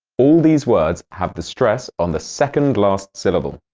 all these words have the stress on the second last syllable.